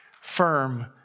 firm